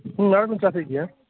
ᱦᱮᱸ ᱚᱱᱟᱠᱚᱧ ᱪᱟᱥᱮᱫ ᱜᱮᱭᱟ